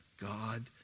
God